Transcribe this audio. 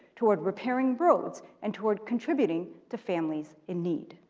toward repairing roads and toward contributing to families in need.